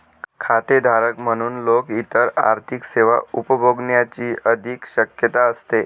खातेधारक म्हणून लोक इतर आर्थिक सेवा उपभोगण्याची अधिक शक्यता असते